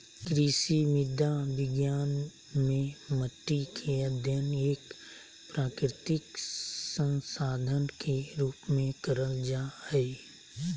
कृषि मृदा विज्ञान मे मट्टी के अध्ययन एक प्राकृतिक संसाधन के रुप में करल जा हई